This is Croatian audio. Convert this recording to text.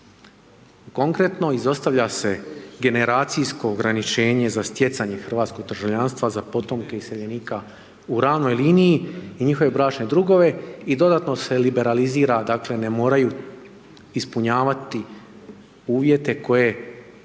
Konkretno, izostavlja se generacijsko ograničenje za stjecanje hrvatskog državljanstva za potomke iseljenika u ravnoj liniji i njihove bračne drugove i dodatno se liberalizira dakle ne moraju ispunjavati uvjeti koje